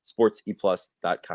sportseplus.com